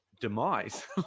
demise